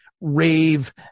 rave